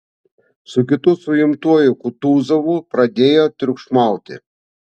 su kitu suimtuoju kutuzovu pradėjo triukšmauti